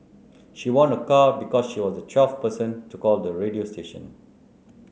she won a car because she was the twelfth person to call the radio station